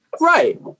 Right